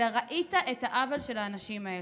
אלא ראית את העוול לאנשים האלה,